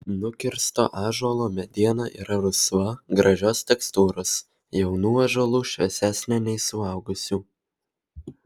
nukirsto ąžuolo mediena yra rusva gražios tekstūros jaunų ąžuolų šviesesnė nei suaugusių